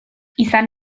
izan